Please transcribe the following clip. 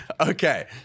Okay